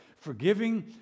Forgiving